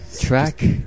Track